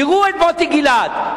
תראו את מוטי גילת,